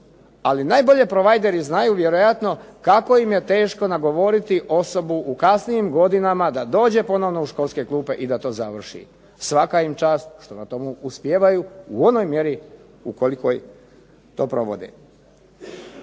ali najbolje provajderi znaju vjerojatno kako im je teško nagovoriti osobu u kasnijim godinama da dođe ponovno u školske klupe i da to završi. Svaka im čast što u tome uspijevaju u onoj mjeri u koliko to provode.